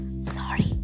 Sorry